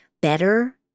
better